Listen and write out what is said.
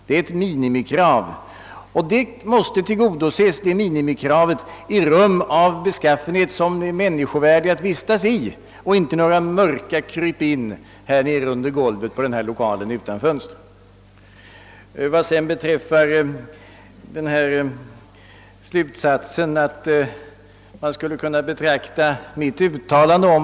Det är ett minimikrav, och detta krav måste tillgodoses i rum som är människovärdiga och inte i mörka krypin utan fönster under golvet till denna lokal.